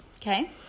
Okay